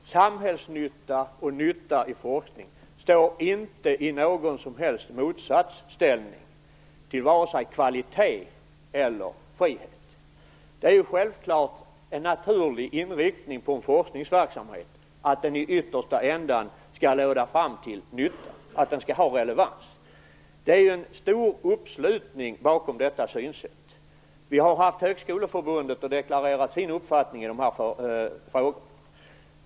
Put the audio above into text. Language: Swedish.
Herr talman! Samhällsnytta och nytta i forskning står inte i någon som helst motsatsställning till vare sig kvalitet eller frihet. Det är självfallet en naturlig inriktning på en forskningsverksamhet att den i yttersta ändan skall leda fram till nytta och ha relevans. Det är en stor uppslutning bakom detta synsätt. Högskoleförbundet har deklarerat sin uppfattning i dessa frågor.